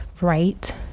right